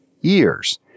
years